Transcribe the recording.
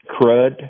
crud